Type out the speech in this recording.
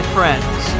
Friends